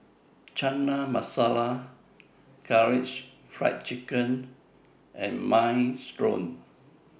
Chana Masala Karaage Fried Chicken and Minestrone